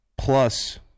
plus